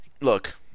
Look